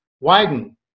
widen